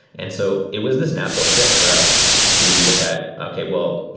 and so it was this natural fit for us to look at, okay. well,